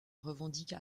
revendique